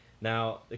Now